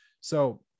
So-